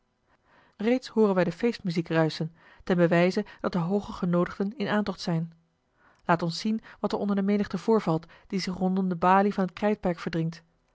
reeds hooren wij de feestmuziek ruischen ten bewijze dat de hooge genoodigden in aantocht zijn laat ons zien wat er onder de menigte voorvalt die zich rondom de balie van het krijtperk verdringt